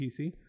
PC